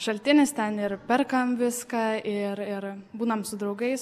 šaltinis ten ir perkam viską ir ir būnam su draugais